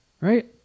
Right